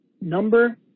Number